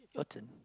your turn